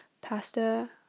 pasta-